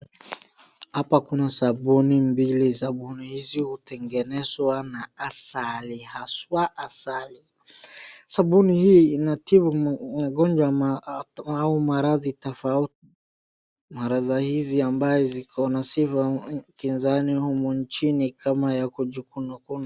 hapa kuna sabuni mbili. Sabuni hizi hutengenezwa na sali, haswa asali. Sabuni hii inatibu magonjwa au maradhi tofauti. Mardhi hii ambazo ziko na sifa kinzani humu nchini kama ya kujikunakuna.